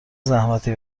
زحمتی